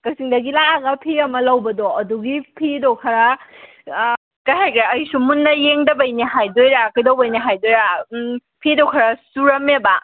ꯀꯥꯛꯆꯤꯡꯗꯒꯤ ꯂꯥꯛ ꯑꯒ ꯐꯤ ꯑꯃ ꯂꯧꯕꯗꯣ ꯑꯗꯨꯒꯤ ꯐꯤꯗꯣ ꯈꯔ ꯀꯩ ꯍꯥꯏꯒꯦ ꯑꯩꯁꯨ ꯃꯨꯟꯅ ꯌꯦꯡꯗꯕꯩꯅꯦ ꯍꯥꯏꯗꯣꯏꯔꯥ ꯀꯩꯗꯧꯕꯩꯅꯦ ꯍꯥꯏꯗꯣꯏꯔꯥꯥ ꯐꯤꯗꯣ ꯈꯔ ꯆꯨꯔꯝꯃꯦꯕ